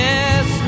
Yes